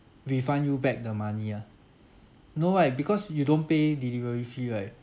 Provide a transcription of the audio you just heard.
refund you back the money ah no right because you don't pay delivery fee right